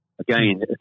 Again